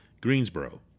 Greensboro